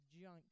junk